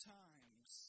times